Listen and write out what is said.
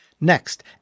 Next